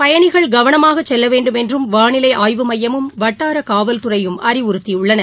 பயணிகள் கவனமாக செல்லவேண்டும் என்றும் வானிலை ஆய்வு மையமும் வட்டார காவல்துறையும் அறிவுறுத்தியுள்ளன